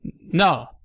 no